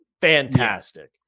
fantastic